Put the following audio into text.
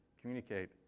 communicate